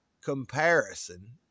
comparison